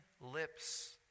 lips